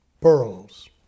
pearls